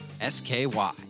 S-K-Y